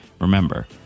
remember